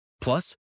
Plus